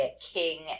king